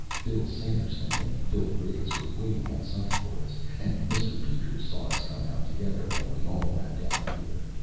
bill sanderson and phil riggs were waiting outside for us. and mr. peters saw us come out together when we all ran down here.